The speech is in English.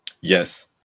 Yes